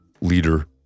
leader